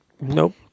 Nope